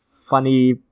Funny